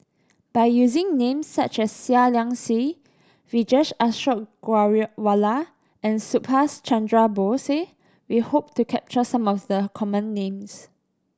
by using names such as Seah Liang Seah Vijesh Ashok Ghariwala and Subhas Chandra Bose we hope to capture some of the common names